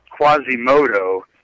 Quasimodo